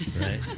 Right